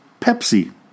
Pepsi